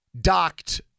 docked